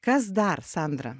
kas dar sandra